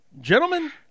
Gentlemen